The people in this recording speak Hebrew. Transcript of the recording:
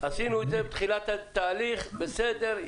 עשינו את זה בתחילת התהליך, בסדר.